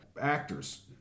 Actors